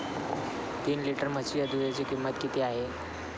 तीन लिटर म्हशीच्या दुधाची किंमत किती आहे?